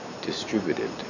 distributed